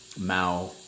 Mao